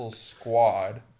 squad